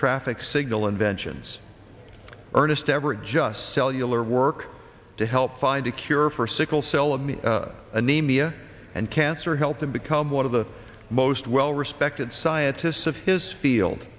traffic signal inventions ernest average us cellular work to help find a cure for sickle cell anemia anemia and cancer helped him become one of the most well respected scientists of his field